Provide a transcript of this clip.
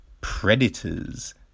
predators